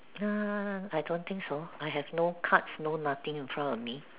nah I don't think so I have no cards no nothing in front of me